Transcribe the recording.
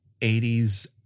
80s